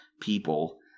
people